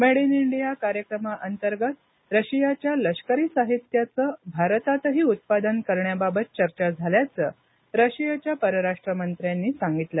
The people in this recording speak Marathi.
मेड इन इंडिया कार्यक्रमा अंतर्गत रशियाच्या लष्करी साहित्याचं भारतातही उत्पादन करण्याबाबत चर्चा झाल्याचं रशियाच्या परराष्ट्रमंत्र्यांनी सांगितलं